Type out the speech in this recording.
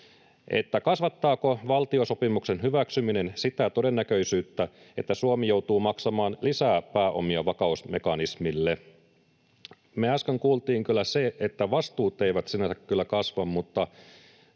se, kasvattaako valtiosopimuksen hyväksyminen sen todennäköisyyttä, että Suomi joutuu maksamaan lisää pääomia vakausmekanismille. Me äsken kuultiin se, että vastuut eivät sinänsä kyllä kasva, mutta